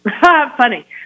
Funny